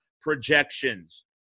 Projections